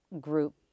group